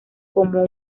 como